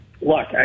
look